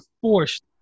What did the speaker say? forced